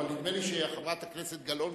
אבל נדמה לי שחברת הכנסת גלאון,